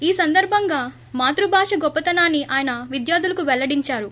ఈ సందర్భంగా మాతృభాష గొప్పతనాన్ని ఆయన విద్యార్ధులకు పెల్లడించారు